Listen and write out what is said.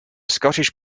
scottish